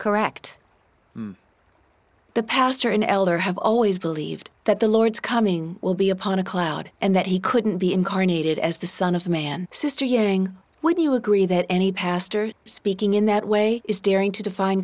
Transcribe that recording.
correct the pastor an elder have always believed that the lord's coming will be upon a cloud and that he couldn't be incarnated as the son of man sister yang would you agree that any pastor speaking in that way is daring to divine